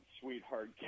sweetheart